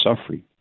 suffering